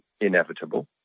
inevitable